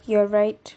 you are right